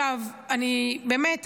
באמת,